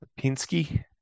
Pinsky